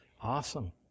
awesome